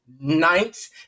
ninth